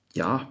ja